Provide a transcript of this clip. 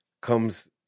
comes